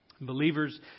Believers